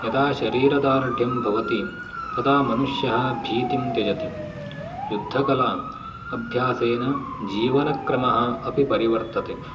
यदा शरीरदार्ढ्यं भवति तदा मनुष्यः भीतिं त्यजति युद्धकला अभ्यासेन जीवनक्रमः अपि परिवर्तते